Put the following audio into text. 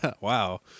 Wow